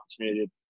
opportunity